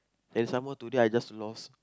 and some more today I just lost